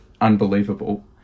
unbelievable